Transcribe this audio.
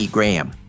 Graham